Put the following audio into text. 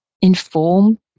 inform